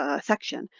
ah section,